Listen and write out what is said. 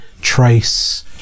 trace